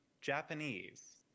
Japanese